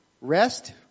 rest